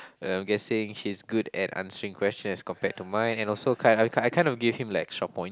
I'm guessing he's good at answering questions compared to mine and also kind I kind kind of gave him like extra points